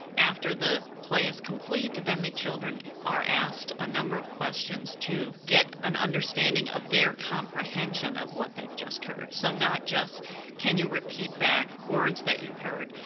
after the play is complete then the children are asked a number of questions to get an understanding of their comprehension of what they've just heard. so not just can you repeat back words that you heard,